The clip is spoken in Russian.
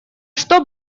что